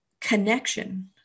connection